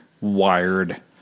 wired